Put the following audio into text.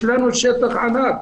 יש לנו שטח ענק.